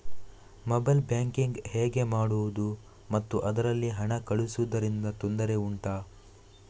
mobile banking ಹೇಗೆ ಮಾಡುವುದು ಮತ್ತು ಅದರಲ್ಲಿ ಹಣ ಕಳುಹಿಸೂದರಿಂದ ತೊಂದರೆ ಉಂಟಾ